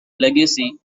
legacy